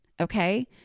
Okay